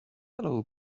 hello